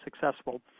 successful